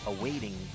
Awaiting